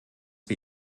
wir